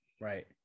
Right